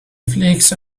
flakes